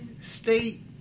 state